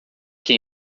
quem